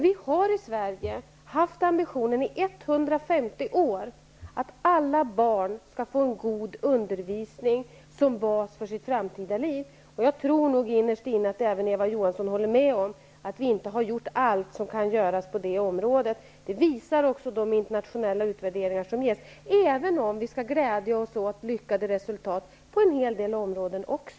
Vi har i Sverige i 150 år haft ambitionen att alla barn skall få en god undervisning som bas för sitt framtida liv. Jag tror nog innerst inne att även Eva Johansson håller med om att vi inte har gjort allt som kan göras på detta område. Det visar också de internationella utvärderingar som görs, även om vi på en hel del områden kan glädja oss åt lyckade resultat.